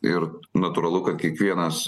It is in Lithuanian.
ir natūralu kad kiekvienas